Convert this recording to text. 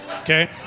Okay